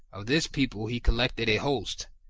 of this people he collected a host,